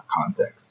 context